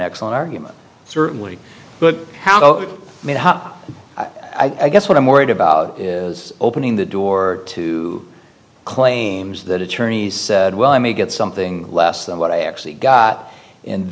excellent argument certainly but how they made it up i guess what i'm worried about is opening the door to claims that attorneys said well i may get something less than what i actually got and